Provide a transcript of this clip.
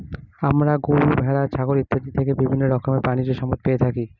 আমরা গরু, ভেড়া, ছাগল ইত্যাদি থেকে বিভিন্ন রকমের প্রাণীজ সম্পদ পেয়ে থাকি